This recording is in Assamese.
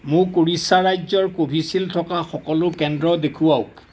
মোক উৰিষ্যা ৰাজ্যৰ কোভিচিল্ড থকা সকলো কেন্দ্ৰ দেখুৱাওক